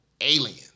Alien